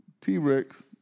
T-Rex